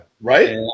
Right